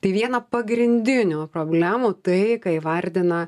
tai viena pagrindinių problemų tai ką įvardina